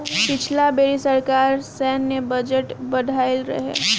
पिछला बेरी सरकार सैन्य बजट बढ़इले रहे